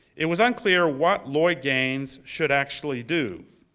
it was unclear what lloyd gaines should actually do.